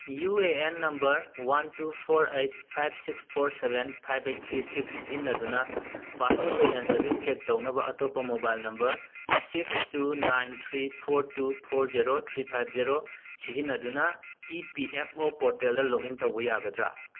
U A N number one two four eight five six four seven five eight three six ꯁꯤꯖꯤꯟꯅꯗꯨꯅ passbook balance ꯑꯗꯨ check ꯇꯧꯅꯕ ꯑꯇꯣꯞꯄ mobile number six two nine three four two four zero three five zero ꯁꯤꯖꯤꯟꯅꯗꯨꯅ E P F O ꯄꯣꯔꯇꯦꯜꯗ log in ꯇꯧꯕ ꯌꯥꯒꯗ꯭ꯔꯥ